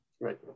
Right